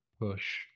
push